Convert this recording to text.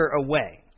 away